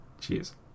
cheers